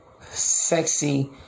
Sexy